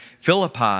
Philippi